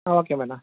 ah okay madam